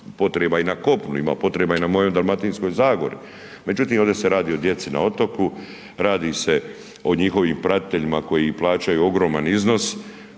potreba i na kopnu, ima potreba i na mojoj Dalmatinskoj zagori. Međutim, ovdje se radi o djeci na otoku, radi se o njihovim pratiteljima koji plaćaju ogroman iznos.